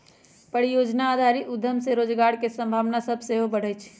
परिजोजना आधारित उद्यम से रोजगार के संभावना सभ सेहो बढ़इ छइ